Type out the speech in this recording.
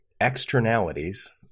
externalities